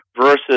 versus